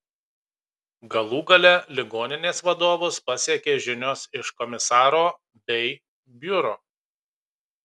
galų gale ligoninės vadovus pasiekė žinios iš komisaro vei biuro